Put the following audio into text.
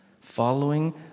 following